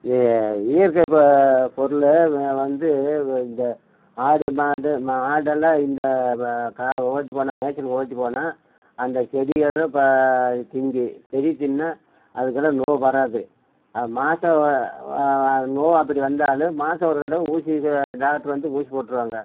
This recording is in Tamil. இது இயற்கை இப்போ பொருள் வந்து இந்த ஆடு மாடு மா ஆடெல்லாம் இந்த இப்போ கா ஓட்டிபோனா மேச்சல்க்கு ஓட்டிபோனா அந்த செடிகளை இப்போ திங்கும் செடி திண்ணா அதுக்கெல்லாம் நோவு வராது மாதம் நோவு அப்படி வந்தாலும் மாதம் ஒரு தடவை ஊசி டாக்டரு வந்து ஊசி போட்டுருவாங்க